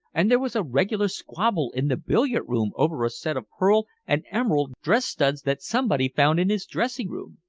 and there was a regular squabble in the billiard-room over a set of pearl and emerald dress-studs that somebody found in his dressing-room.